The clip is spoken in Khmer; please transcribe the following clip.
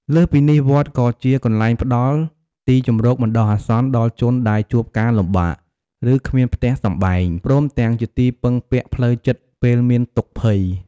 លើសពីនេះ វត្តក៏ជាកន្លែងផ្ដល់ ទីជម្រកបណ្ដោះអាសន្ន ដល់ជនដែលជួបការលំបាក ឬគ្មានផ្ទះសម្បែង ព្រមទាំងជាទីពឹងពាក់ផ្លូវចិត្តពេលមានទុក្ខភ័យ។